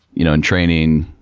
you know in training,